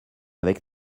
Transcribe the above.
avec